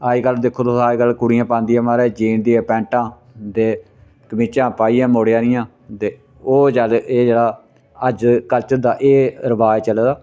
अज्जकल दिक्खो तुस हून कुड़िया पांदियां महाराज जीन दियां पैंटां ते कमीचा पाइयै मुड़े आह्लियां ते ओह् ज्यादा एह् जेह्ड़ा अज्ज कल्चर दा एह् रवाज चले दा